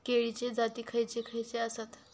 केळीचे जाती खयचे खयचे आसत?